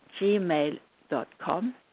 gmail.com